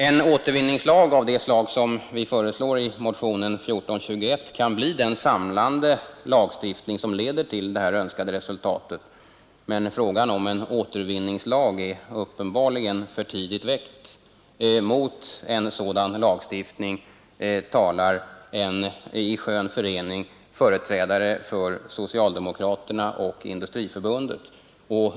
En återvinningslag av det slag som vi föreslår i motionen 1421 kan bli den samlande lagstiftning som leder till det önskade resultatet, men frågan om en återvinningslag är uppenbarligen för tidigt väckt. Mot en sådan lagstiftning talar i skön förening företrädare för socialdemokraterna och Industriförbundet.